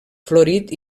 florit